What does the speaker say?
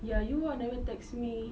ya you ah never text me